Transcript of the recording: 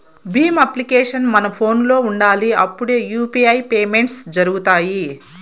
Bhim application మన ఫోనులో ఉండాలి అప్పుడే యూ.పీ.ఐ పేమెంట్స్ జరుగుతాయి